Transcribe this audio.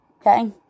Okay